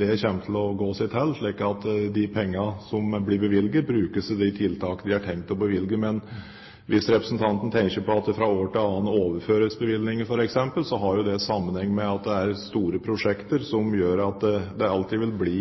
det kommer til å gå seg til, slik at de pengene som blir bevilget, brukes til de tiltak de er tenkt bevilget til. Men hvis representanten tenker på at det fra et år til annet overføres bevilgninger, f.eks., har jo det sammenheng med at det er store prosjekter, som gjør at det alltid vil bli